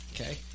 okay